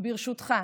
ברשותך,